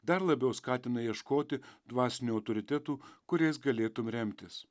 dar labiau skatina ieškoti dvasinių autoritetų kuriais galėtum remtis